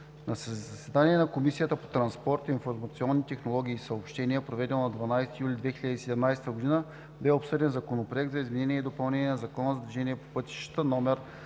На заседание на Комисията по транспорт, информационни технологии и съобщения, проведено на 12 юли 2017 г., бе обсъден Законопроект за изменение и допълнение на Закона за движението по пътищата,